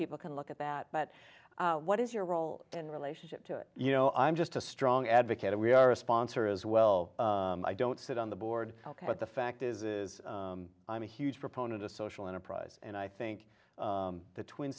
people can look at that but what is your role in relationship to it you know i'm just a strong advocate of we are a sponsor as well i don't sit on the board but the fact is i'm a huge proponent of social enterprise and i think the twin